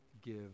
give